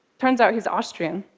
turns out, he's austrian.